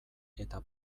eta